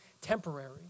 temporary